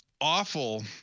Awful